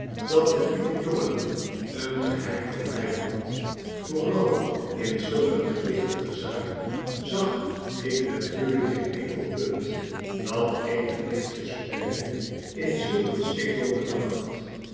dat de lieve jongen een geheim voor my had vooral in zulk een gewichtige zaak zag ik natuurlyk geen enkel punt dat eenig licht verspreidde in zulk een stikdonkeren nacht